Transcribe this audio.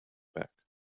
back